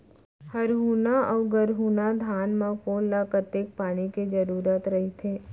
हरहुना अऊ गरहुना धान म कोन ला कतेक पानी के जरूरत रहिथे?